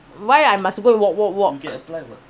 why I must go and walk walk walk